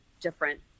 different